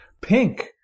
Pink